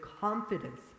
confidence